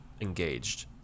engaged